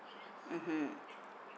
mmhmm